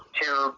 two